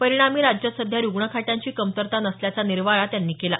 परिणामी राज्यात सध्या रुग्णखाटांची कमतरता नसल्याचा निर्वाळा त्यांनी दिला